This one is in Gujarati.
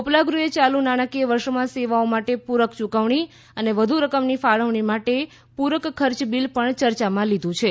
ઉપલા ગૃહે ચાલુ નાણાકીય વર્ષમાં સેવાઓ માટે પુરક યૂકવણી અને વધુ રકમની ફાળવણી માટે પુરક ખર્ચ બિલ પણ ચર્ચામાં લીધું છે